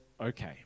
okay